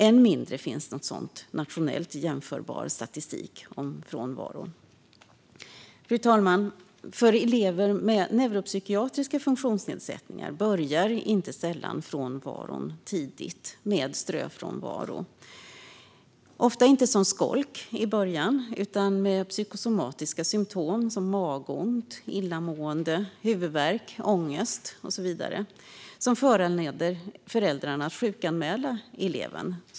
Än mindre finns det någon sådan nationellt jämförbar statistik över frånvaron. Fru talman! För elever med neuropsykiatriska funktionsnedsättningar börjar inte sällan frånvaron tidigt, med ströfrånvaro. Det handlar sällan om skolk i början, utan det är psykosomatiska symtom som magont, illamående, huvudvärk, ångest och så vidare, som föranleder föräldrarna att sjukanmäla eleven.